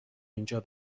اینجا